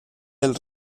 del